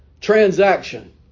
transaction